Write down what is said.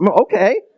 Okay